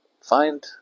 find